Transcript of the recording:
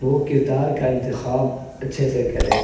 وہ کردار کا انتخاب اچھے سے کریں